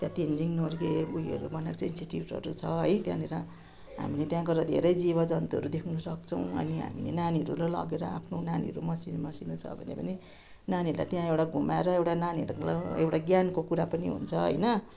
त्यहाँ तेन्जिङ नोर्गे उयोहरू बनाएको छ इन्स्टिट्युटहरू छ है त्यहाँनिर हामीले त्यहाँ गएर धेरै जिवजन्तुहरू देख्नु सक्छौँ अनि हामीले नानीहरूलाई लगेर आफ्नो नानीहरू मसिनो मसिनो छ भने पनि नानीहरूलाई त्यहाँ एउटा घुमाएर एउटा नानीहरूको एउटा ज्ञानको कुरा पनि हुन्छ होइन